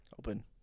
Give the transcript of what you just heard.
Open